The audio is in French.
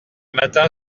matin